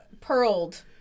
pearled